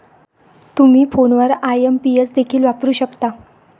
तुम्ही फोनवर आई.एम.पी.एस देखील वापरू शकता